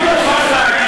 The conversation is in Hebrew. אני מוכרח להגיד,